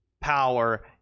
power